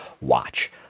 watch